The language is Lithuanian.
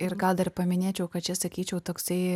ir gal dar paminėčiau kad čia sakyčiau toksai